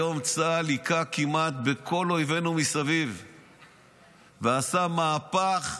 היום צה"ל היכה כמעט בכל אויבינו מסביב ועשה מהפך,